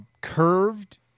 curved